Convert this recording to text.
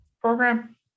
program